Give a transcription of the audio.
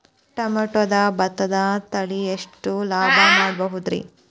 ಪ್ರಮೋದ ಭತ್ತದ ತಳಿ ಎಷ್ಟ ಲಾಭಾ ಮಾಡಬಹುದ್ರಿ?